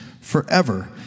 forever